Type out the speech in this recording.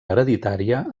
hereditària